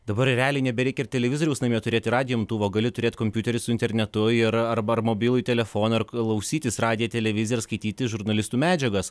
dabar realiai nebereikia ir televizoriaus namie turėti radijo imtuvo gali turėt kompiuterį su internetu ir arba mobilųjį telefoną ir klausytis radiją televiziją ir skaityti žurnalistų medžiagas